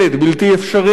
בלתי אפשרית.